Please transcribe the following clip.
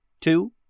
Two